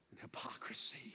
Hypocrisy